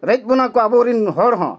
ᱨᱮᱡ ᱵᱚᱱᱟ ᱠᱚ ᱟᱵᱚᱨᱤᱱ ᱦᱚᱲ ᱦᱚᱸ